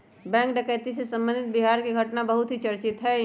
bank डकैती से संबंधित बिहार के घटना बहुत ही चर्चित हई